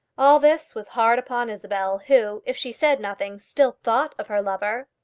all this was hard upon isabel, who, if she said nothing, still thought of her lover.